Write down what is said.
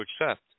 accept